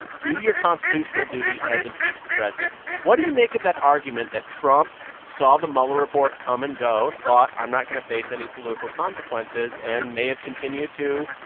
do your constitutional duty, and impeach the president what do you make of that argument that trump saw the mueller report come and go, thought i'm not going to face any political consequences and may have continued to,